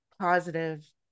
positive